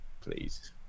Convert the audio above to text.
please